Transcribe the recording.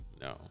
no